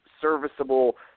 serviceable